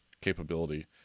capability